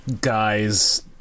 guy's